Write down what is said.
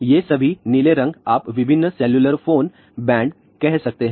ये सभी नीले रंग आप विभिन्न सेलुलर फोन बैंड कह सकते हैं